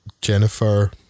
Jennifer